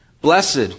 blessed